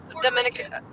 Dominican